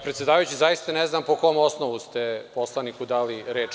Predsedavajući, zaista ne znam po kom osnovu ste poslaniku dali reč.